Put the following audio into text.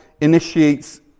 initiates